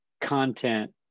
content